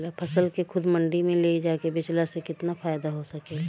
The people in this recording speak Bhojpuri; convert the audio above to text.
फसल के खुद मंडी में ले जाके बेचला से कितना फायदा हो सकेला?